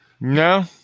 No